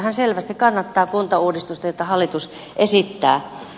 hän selvästi kannattaa kuntauudistusta jota hallitus esittää